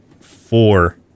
four